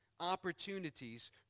opportunities